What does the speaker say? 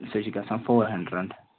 سُہ چھِ گَژھان فور ہَنٛڈرَنٛڈ